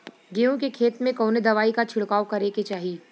गेहूँ के खेत मे कवने दवाई क छिड़काव करे के चाही?